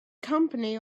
company